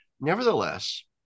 Nevertheless